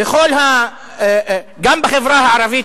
גם בחברה הערבית,